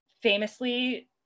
Famously